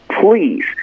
please